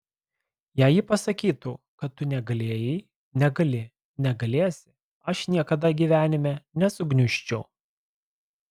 jei ji pasakytų kad tu negalėjai negali negalėsi aš niekada gyvenime nesugniužčiau